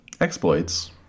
exploits